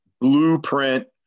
blueprint